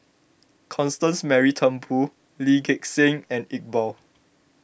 Constance Mary Turnbull Lee Gek Seng and Iqbal